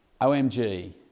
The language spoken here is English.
OMG